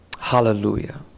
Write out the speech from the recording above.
Hallelujah